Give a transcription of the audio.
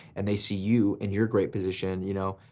and they see you and your great position you know,